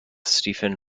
stefan